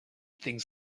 things